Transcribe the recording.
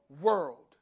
world